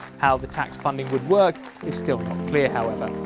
how the tax funding would work is still not clear however.